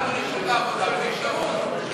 לשוק העבודה ונשארו.